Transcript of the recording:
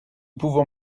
pouvons